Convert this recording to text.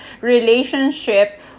relationship